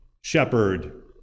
shepherd